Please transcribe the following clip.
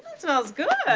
smells good.